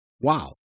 wow